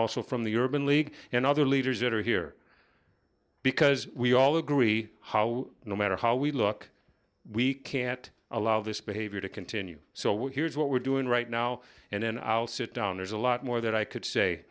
also from the urban league and other leaders that are here because we all agree how no matter how we look we can't allow this behavior to continue so we're here's what we're doing right now and i'll sit down there's a lot more that i could say